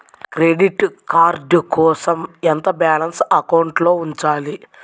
Credit card కోసం ఎంత balance అకౌంట్లో ఉంచాలి?